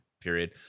period